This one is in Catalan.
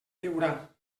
veurà